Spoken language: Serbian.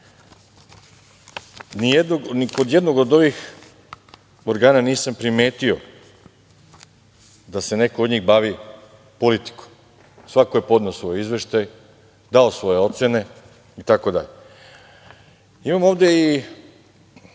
kod jednog od ovih organa nisam primetio da se neko od njih bavi politikom. Svako je podneo svoj izveštaj, dao svoje ocene itd. Imamo ovde i